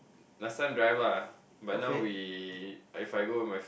last time drive lah but now we if I go with my